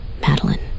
Madeline